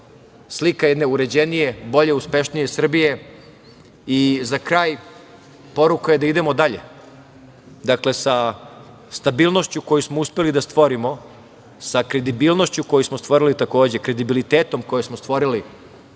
slika jedne uređenije, bolje i uspešnije Srbije.Za kraj, poruka je da idemo dalje, sa stabilnošću koju smo uspeli da stvorimo, sa kredibilnošću koju smo stvorili takođe, kredibilitetom koji smo stvorili,